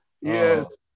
Yes